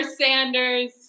Sanders